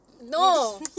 No